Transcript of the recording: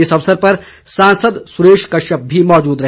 इस अवसर पर सांसद सुरेश कश्यप भी मौजूद रहे